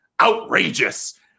outrageous